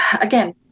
again